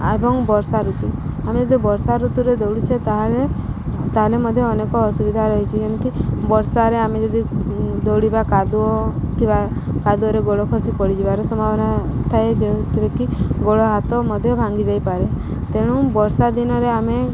ଏବଂ ବର୍ଷା ଋତୁ ଆମେ ଯଦି ବର୍ଷା ଋତୁରେ ଦୌଡ଼ୁଛେ ତା'ହେଲେ ତା'ହେଲେ ମଧ୍ୟ ଅନେକ ଅସୁବିଧା ରହିଛି ଯେମିତି ବର୍ଷାରେ ଆମେ ଯଦି ଦୌଡ଼ିବା କାଦୁଅ ଥିବା କାଦୁଅରେ ଗୋଡ଼ ଖସି ପଡ଼ିଯିବାର ସମ୍ଭାବନା ଥାଏ ଯେଉଁଥିରେ କି ଗୋଡ଼ ହାତ ମଧ୍ୟ ଭାଙ୍ଗି ଯାଇପାରେ ତେଣୁ ବର୍ଷା ଦିନରେ ଆମେ